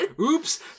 oops